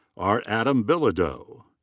r. adam bilodeau.